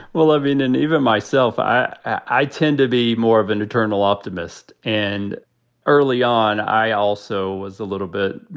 well, i mean, and even myself, i i tend to be more of an eternal optimist. and early on, i also was a little bit, you